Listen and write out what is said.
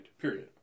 Period